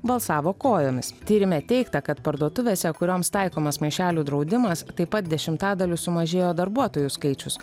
balsavo kojomis tyrime teigta kad parduotuvėse kurioms taikomas maišelių draudimas taip pat dešimtadaliu sumažėjo darbuotojų skaičius